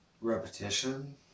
repetition